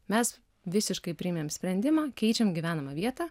mes visiškai priėmėm sprendimą keičiam gyvenamą vietą